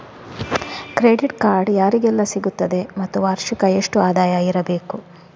Credit card ಯಾರಿಗೆಲ್ಲ ಸಿಗುತ್ತದೆ ಮತ್ತು ವಾರ್ಷಿಕ ಎಷ್ಟು ಆದಾಯ ಇರಬೇಕು?